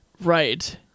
Right